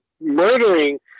murdering